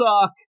suck